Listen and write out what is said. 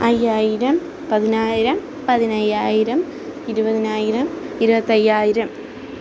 അയ്യായിരം പതിനായിരം പതിനയ്യായിരം ഇരുപതിനായിരം ഇരുപത്തി അയ്യായിരം